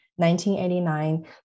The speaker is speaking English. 1989